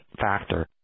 factor